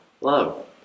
love